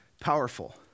powerful